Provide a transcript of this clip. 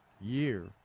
year